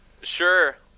Sure